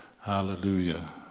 Hallelujah